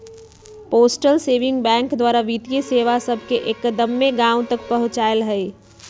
postal saving bank द्वारा वित्तीय सेवा सभके एक्दम्मे गाँव तक पहुंचायल हइ